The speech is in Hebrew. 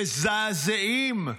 מזעזעים,